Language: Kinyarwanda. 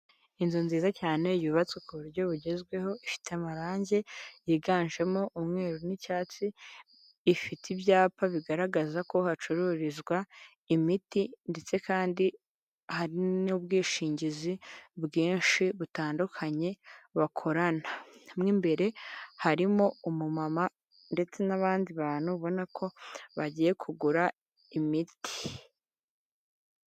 Inzu nziza cyane yubatswe ku buryo bugezweho ifite amarangi yiganjemo umweru n'icyatsi ifite ibyapa bigaragaza ko hacururizwa imiti ndetse kandi hari n'ubwishingizi bwinshi butandukanye bakorana, mw’imbere harimo umu mama ndetse n'abandi bantu ubona ko bagiye kugura imiti.